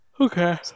Okay